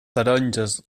taronges